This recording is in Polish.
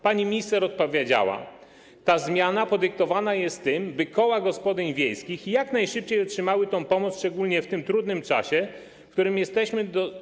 Pani minister odpowiedziała: Ta zmiana podyktowana jest tym, by koła gospodyń wiejskich jak najszybciej otrzymały tę pomoc, szczególnie w tym trudnym czasie, w którym jesteśmy.